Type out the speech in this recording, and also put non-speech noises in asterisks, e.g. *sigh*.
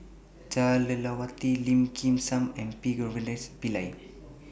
Jah Lelawati Lim Kim San and P *unintelligible* Pillai